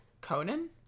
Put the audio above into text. conan